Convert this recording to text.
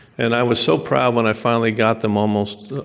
and i was so proud when i finally got them almost,